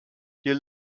you